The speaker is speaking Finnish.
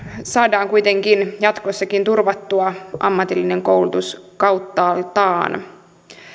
saadaan kuitenkin jatkossakin turvattua ammatillinen koulutus kauttaaltaan